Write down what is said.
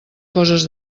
coses